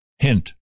Hint